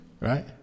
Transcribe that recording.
Right